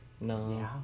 No